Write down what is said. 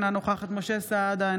אינה נוכחת משה סעדה,